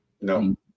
No